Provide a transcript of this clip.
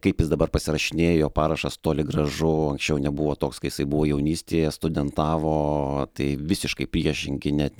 kaip jis dabar pasirašinėja jo parašas toli gražu anksčiau nebuvo toks kai jisai buvo jaunystėje studentavo o tai visiškai priešingi net